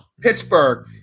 Pittsburgh